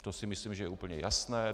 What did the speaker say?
To si myslím, že je úplně jasné.